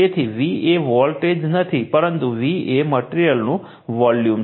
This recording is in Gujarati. તેથી V એ વોલ્ટેજ નથી પરંતુ V એ મટેરીઅલનું વેલ્યુ છે